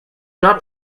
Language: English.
not